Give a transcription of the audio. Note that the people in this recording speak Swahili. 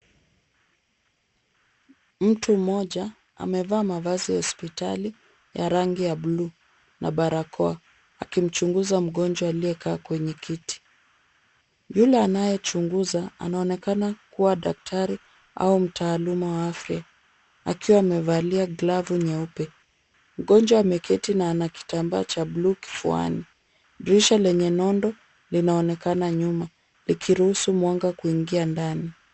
Mtu mmoja amevaa mavazi ya hospitali ya rangi ya buluu na barakoa akimchunguza mgonjwa aliyekaa kwenye kiti. Yule anayechunguza anaonekana kuwa daktari au mtaalamu wa afya akiwa amevalia glavu nyeupe. Mgonjwa ameketi na anakitambaa cha buluu kifuani. Dirisha lenye nondo linaonekana nyuma likiruhusu mwanga kuingia ndani.